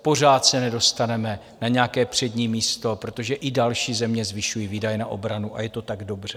Pořád se nedostaneme na nějaké přední místo, protože i další země zvyšují výdaje na obranu, a je to tak dobře.